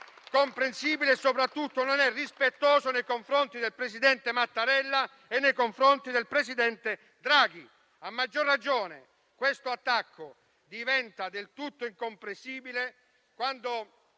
comprensibile e soprattutto non è rispettoso nei confronti del presidente Mattarella e del presidente Draghi. A maggior ragione, questo attacco diventa del tutto incomprensibile quando